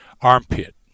armpit